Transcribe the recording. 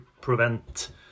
prevent